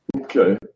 Okay